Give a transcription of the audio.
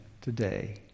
today